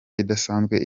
idasanzwe